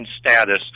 status